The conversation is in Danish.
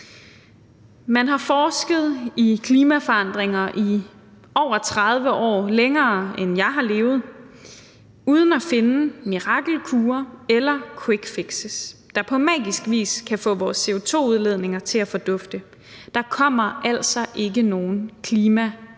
Man har forsket i klimaforandringer i over 30 år – længere, end jeg har levet – uden at finde mirakelkure eller quickfix, der på magisk vis kan få vores CO2-udledninger til at fordufte. Der kommer altså ikke nogen klimavaccine.